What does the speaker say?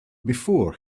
before